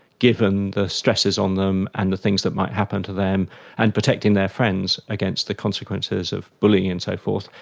given the stresses on them and the things that might happen to them and protecting their friends against the consequences of bullying and so forth,